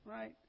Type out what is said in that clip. right